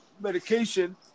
Medication